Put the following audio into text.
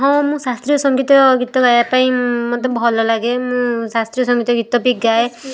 ହଁ ମୁଁ ଶାସ୍ତ୍ରୀୟ ସଙ୍ଗୀତ ଗୀତ ଗାଇବା ପାଇଁ ମୋତେ ଭଲ ଲାଗେ ମୁଁ ଶାସ୍ତ୍ରୀୟ ସଙ୍ଗୀତ ଗୀତ ବି ଗାଏ